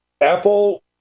Apple